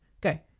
go